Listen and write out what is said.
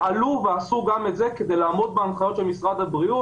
עשו גם את זה כדי לעמוד בהנחיות של משרד הבריאות